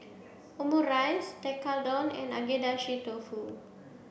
Omurice Tekkadon and Agedashi Dofu